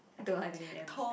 I don't want to have a name Ann